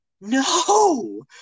No